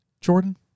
Jordan